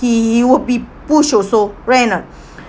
he he would be pushed also right or not